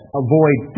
avoid